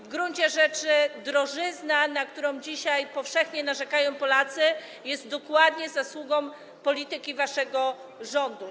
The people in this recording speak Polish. W gruncie rzeczy drożyzna, na którą dzisiaj powszechnie narzekają Polacy, jest dokładnie zasługą polityki waszego rządu.